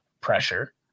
Pressure